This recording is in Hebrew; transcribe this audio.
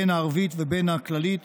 בין הערבית ובין הכללית,